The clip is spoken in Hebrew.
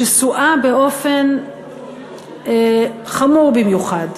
שסועה באופן חמור במיוחד.